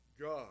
God